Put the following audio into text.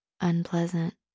unpleasant